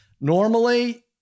Normally